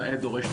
נאה דורש,